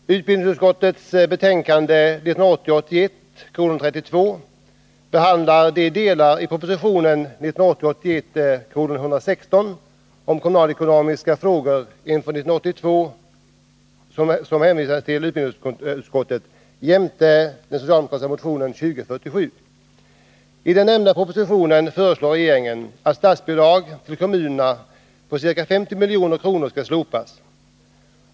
Herr talman! Utbildningsutskottets betänkande 1980 81:116 om kommunalekonomiska frågor inför år 1982 som hänvisats till utbildningsutskottet jämte den socialdemokratiska motionen 2047. I den nämnda propositionen föreslår regeringen att statsbidrag till kommunerna på ca 50 milj.kr. skall slopas.